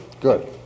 Good